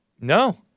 No